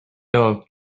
all